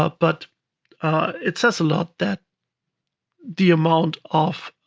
ah but it says a lot that the amount of